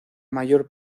mayor